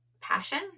passion